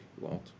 Walt